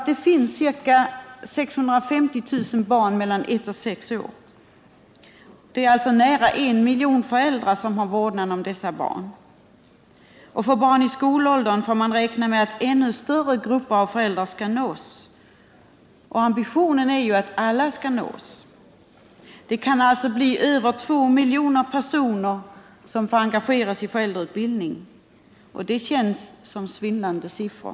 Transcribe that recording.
Det finns ca 650 000 barn mellan ett och sex år, och nära en miljon föräldrar har vårdnaden om dessa barn. För barn i skolåldern får man räkna med att ännu större grupper av föräldrar skall nås — och ambitionen är att alla föräldrar skall nås. Det kan alltså bli över två miljoner personer som får engageras i föräldrautbildning. Det känns som svindlande siffror.